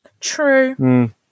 True